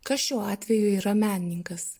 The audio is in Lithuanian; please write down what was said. kas šiuo atveju yra menininkas